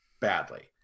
badly